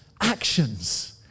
actions